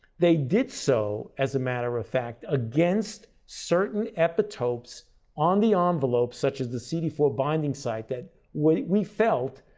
they did so as a matter of fact against certain epitopes on the um envelope such as the c d four binding site that, we felt,